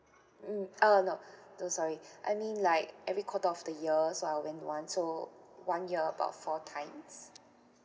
mm uh no no sorry I mean like every quarter of the year so I went one so one year about four times